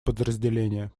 подразделение